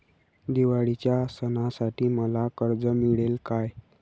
दिवाळीच्या सणासाठी मला कर्ज मिळेल काय?